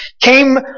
came